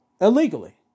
illegally